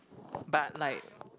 but like